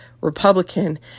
Republican